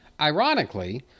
Ironically